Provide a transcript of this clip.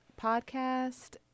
podcast